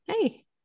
Hey